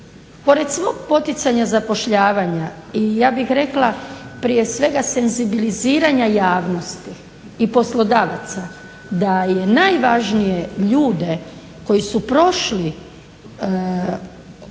Pored svog poticanja zapošljavanja i ja bih rekla prije svega senzibiliziranja javnosti, i poslodavaca, da je najvažnije ljude koji su prošli, koji